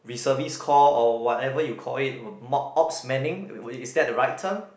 reservist call or whatever you call it mock ops manning is that the right term